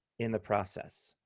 in the process.